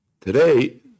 Today